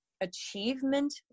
achievement